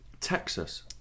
Texas